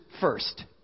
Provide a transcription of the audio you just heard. first